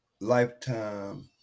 lifetime